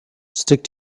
stick